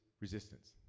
resistance